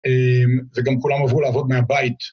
וגם כולם עברו לעבוד מהבית.